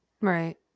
Right